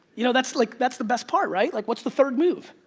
you know that's like, that's the best part, right? like what's the third move?